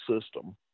system